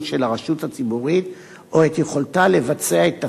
של הרשות הציבורית או את יכולתה לבצע את תפקידיה".